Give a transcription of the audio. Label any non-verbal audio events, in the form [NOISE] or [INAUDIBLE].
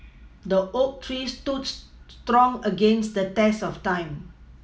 the oak tree stood [UNINTELLIGIBLE] strong against the test of time